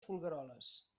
folgueroles